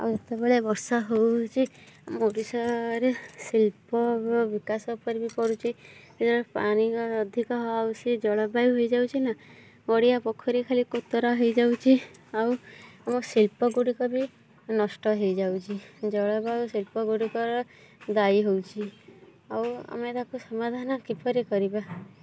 ଆଉ ଯେତେବେଳେ ବର୍ଷା ହେଉଛି ଆମ ଓଡ଼ିଶାରେ ଶିଳ୍ପ ବିକାଶ ଉପରେ ବି ପଡ଼ୁଛି ଯେତେବେଳେ ପାଣି ଅଧିକ ସେ ଜଳବାୟୁ ହେଇଯାଉଛି ନା ଗଡ଼ିଆ ପୋଖରୀ ଖାଲି କୋତରା ହେଇଯାଉଛି ଆଉ ଆମ ଶିଳ୍ପ ଗୁଡ଼ିକ ବି ନଷ୍ଟ ହେଇଯାଉଛି ଜଳବାୟୁ ଶିଳ୍ପ ଗୁଡ଼ିକର ଦାୟୀ ହେଉଛି ଆଉ ଆମେ ତାକୁ ସମାଧାନ କିପରି କରିବା